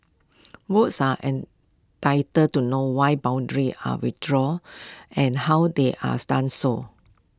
votes are entitled to know why boundaries are redrawn and how they are done so